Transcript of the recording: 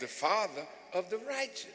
the father of the right